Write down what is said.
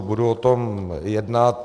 Budu o tom jednat.